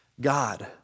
God